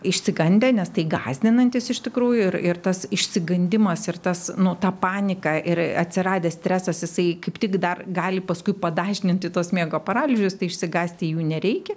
išsigandę nes tai gąsdinantis iš tikrųjų ir ir tas išsigandimas ir tas nu ta panika ir atsiradęs stresas jisai kaip tik dar gali paskui padažninti tuos miego paralyžius tai išsigąsti jų nereikia